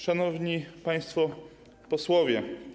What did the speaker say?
Szanowni Państwo Posłowie!